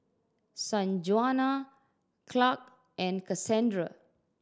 Sanjuana Clarke and Kassandra